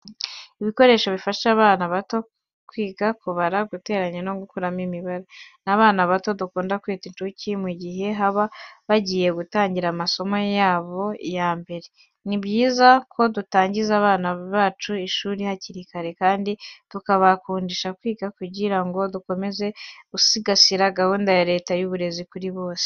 Ibikoresho bifasha abana bato kwiga kubara, guteranya no gukuramo imibare. Ni abana bato dukunda kwita incuke mu gihe baba bagiye gutangira amasomo yabo ya mbere. Ni byiza ko dutangiza abana bacu ishuri hakiri kare kandi tukabakundisha kwiga kugira ngo dukomeze gusigasira gahunda ya Leta y'uburezi kuri bose.